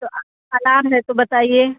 तो अनार है तो बताइए